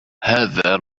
هذا